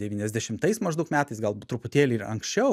devyniasdešimtais maždaug metais gal truputėlį ir anksčiau